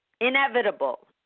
inevitable